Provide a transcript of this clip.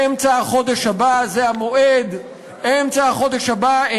אמצע החודש הבא זה המועד, אמצע החודש הבא.